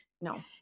No